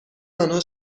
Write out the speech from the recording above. آنها